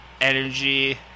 energy